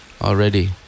Already